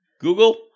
Google